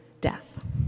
death